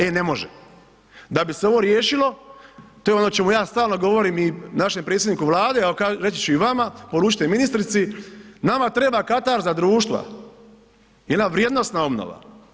E ne može, da bi se ovo riješilo, to je ono o čemu ja stalno govorim i našem predsjedniku Vlade, a reći ću i vama poručite ministrici, nama treba katarza društva jedna vrijednosna obnova.